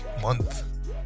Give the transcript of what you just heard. month